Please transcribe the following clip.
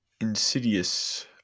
insidious